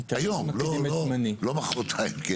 היום, כמובן, לא מוחרתיים.